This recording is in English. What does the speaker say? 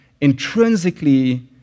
intrinsically